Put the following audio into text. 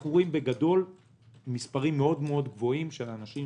אנחנו רואים מספרים מאוד גבוהים של אנשים